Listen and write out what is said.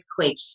earthquake